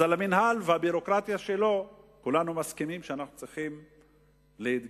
אז על המינהל והביורוקרטיה שלו כולנו מסכימים שאנחנו צריכים להתגבר,